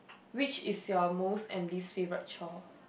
which is your most and least favourite chore